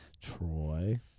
Troy